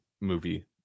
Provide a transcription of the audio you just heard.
movie